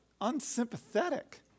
unsympathetic